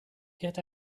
get